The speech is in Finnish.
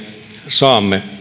saamme